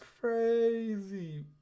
crazy